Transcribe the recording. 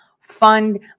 fund